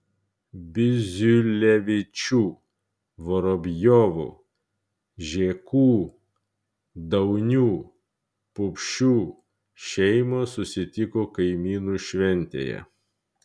biziulevičių vorobjovų žėkų daunių pupšių šeimos susitiko kaimynų šventėje